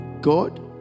god